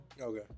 Okay